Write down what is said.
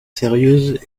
sérieuses